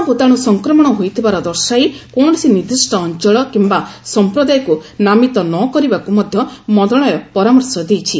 corona ଭୂତାଣୁ ସଫକ୍ରମଣ ହୋଇଥିବାର ଦର୍ଶାଇ କୌଣସି ନିର୍ଦ୍ଦିଷ୍ଟ ଅଞ୍ଚଳ କିମ୍ବା ସଂପ୍ରଦାୟକୁ ନାମିତ ନ କରିବାକୁ ମଧ୍ୟ ମନ୍ତ୍ରଣାଳୟ ପରାମର୍ଶ ଦେଇଛି